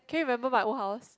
can you remember my old house